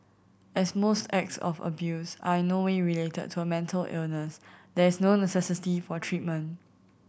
as most acts of abuse are in no way related to a mental illness there is no necessity for treatment